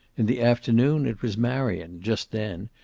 in the afternoon it was marion, just then,